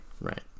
right